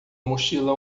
mochila